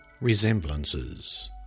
Resemblances